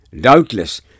Doubtless